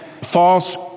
false